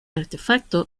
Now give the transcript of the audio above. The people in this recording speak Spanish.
artefacto